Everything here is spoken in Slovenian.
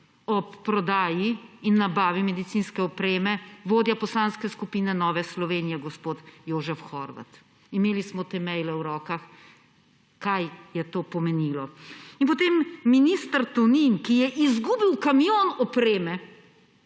ob prodaji in nabavi medicinske opreme vodja Poslanske skupine Nove Slovenije gospod Jožef Horvat. Imeli smo te maile v rokah. Kaj je to pomenilo? In potem minister Tonin, ki je izgubil kamion opreme.